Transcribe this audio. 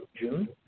june